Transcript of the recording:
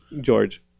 George